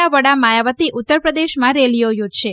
ના વડા માયાવતી ઉત્તરપ્રદેશમાં રેલીઓ યોજશે